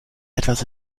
etwas